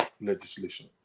legislation